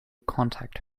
contact